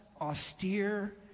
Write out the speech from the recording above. austere